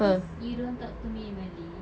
cause you don't talk to me in malay